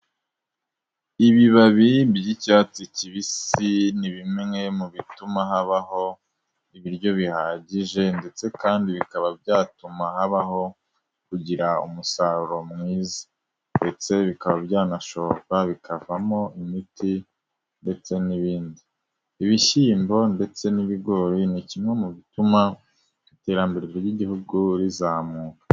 Ibibabi by'icyatsi kibisi ni bimwe mu bituma habaho ibiryo bihagije ndetse kandi bikaba byatuma habaho kugira umusaruro mwiza ndetse bikaba byanashoka bikavamo imiti ndetse n'ibindi. Ibishyimbo ndetse n'ibigori ni kimwe mu bituma iterambere ry'Igihugu rizamuka.